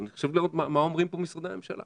אבל חשוב לראות מה אומרים פה משרדי הממשלה.